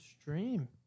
stream